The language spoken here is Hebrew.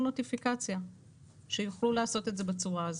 נוטיפיקציה שיוכלו לעשות את זה בצורה הזאת.